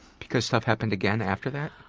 because stuff happened again after that?